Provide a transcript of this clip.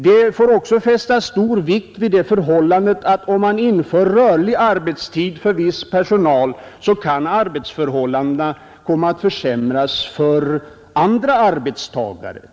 Det får också fästas stor vikt vid det förhållandet att om man inför rörlig arbetstid för viss personal kan arbetsförhållandena komma att försämras för andra arbetstagare.